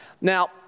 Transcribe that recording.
Now